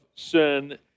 sin